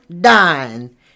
dying